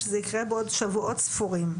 שזה יקרה בעוד שבועות ספורים.